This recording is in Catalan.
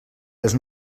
les